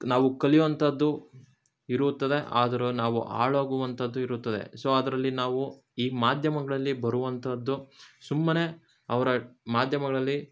ನಾವು ಕಲಿಯುವಂಥದ್ದು ಇರುತ್ತದೆ ಆದರೂ ನಾವು ಹಾಳಾಗುವಂಥದ್ದೂ ಇರುತ್ತದೆ ಸೊ ಅದರಲ್ಲಿ ನಾವು ಈ ಮಾಧ್ಯಮಗಳಲ್ಲಿ ಬರುವಂಥದ್ದು ಸುಮ್ಮನೆ ಅವರ ಮಾಧ್ಯಮಗಳಲ್ಲಿ